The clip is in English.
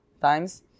times